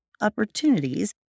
opportunities